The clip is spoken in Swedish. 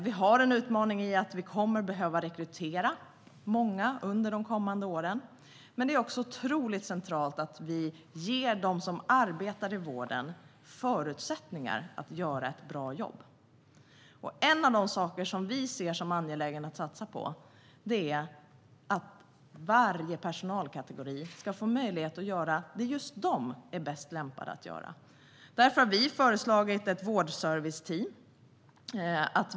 Vi har en utmaning i att vi kommer att behöva rekrytera många under kommande år, men det är också centralt att vi ger dem som arbetar i vården förutsättningar att göra ett bra jobb. En av de saker som vi ser som angeläget att satsa på är att varje personalkategori ska få möjlighet att göra det som just den är bäst lämpad att göra. Därför har vi föreslagit ett vårdserviceteam.